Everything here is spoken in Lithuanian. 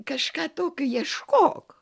kažką tokio ieškok